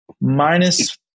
minus